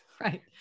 right